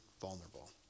vulnerable